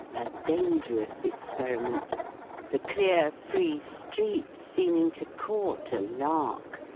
a dangerous experiment the clear free streets seeming to court a lark,